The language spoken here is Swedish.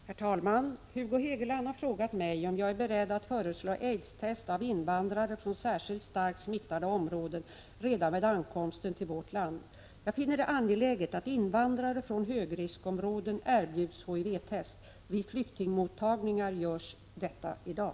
Herr talman! Hugo Hegeland har frågat mig om jag är beredd att föreslå aidstest av invandrare från särskilt starkt smittade områden redan vid ankomsten till vårt land. Jag finner det angeläget att invandrare från högriskområden erbjuds HIV-test. Vid flyktingmottagningar görs detta i dag.